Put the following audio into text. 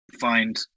find